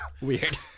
weird